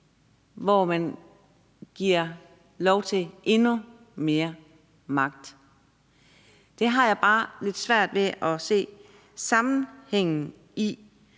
hvor man giver lov til at bruge endnu mere magt. Det har jeg bare lidt svært ved at se sammenhængen i.